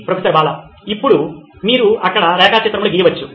professor Bala ఇప్పుడు మీరు అక్కడ రేఖా చిత్రంలు గీయవచ్చు